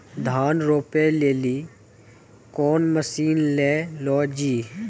धान रोपे लिली कौन मसीन ले लो जी?